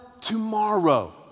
tomorrow